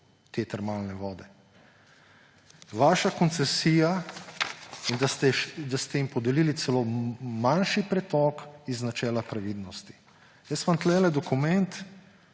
te termalne vode na uro. In da ste jim podelili celo manjši pretok iz načela previdnosti. Jaz imam tukaj dokument